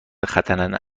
ختنه